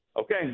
Okay